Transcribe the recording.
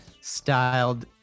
styled